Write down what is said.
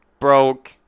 broke